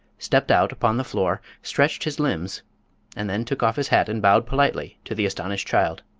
stepped out upon the floor, stretched his limbs and then took off his hat and bowed politely to the astonished child.